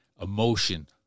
emotion